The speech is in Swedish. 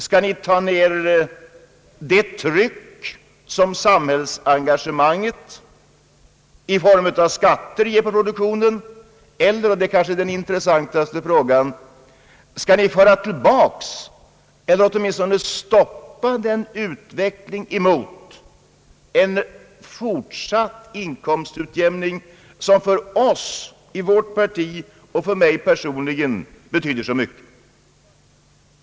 Skall ni ta ned det tryck på produktionen som samhällsengagemanget förorsakar i form av skatter eller — och kanske den intressantaste frågan — skall ni föra tillbaka eller åtminstone stoppa den utveckling emot en fortsatt inkomstut jämning, som för oss i vårt parti och för mig personligen betyder så mycket?